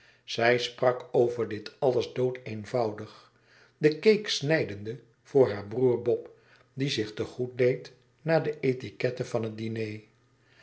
zij sprak over dit alles doodeenvoudig de cake snijdende voor haar broêr bob die zich te goed deed na de etiquette van het diner